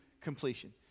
completion